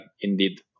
indeed